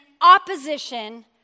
opposition